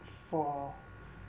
for